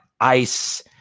ice